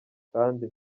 kandi